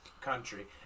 country